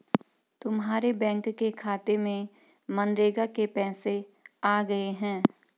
तुम्हारे बैंक के खाते में मनरेगा के पैसे आ गए हैं